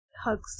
hugs